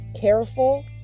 careful